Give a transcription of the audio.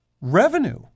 revenue